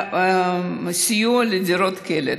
בסיוע בדירות קלט.